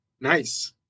nice